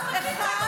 אגיב.